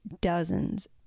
dozens